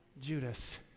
Judas